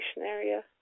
area